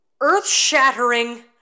earth-shattering